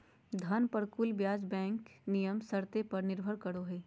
धन पर कुल ब्याज बैंक नियम शर्त पर निर्भर करो हइ